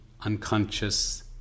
unconscious